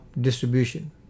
distribution